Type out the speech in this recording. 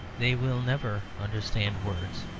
they will never understand words.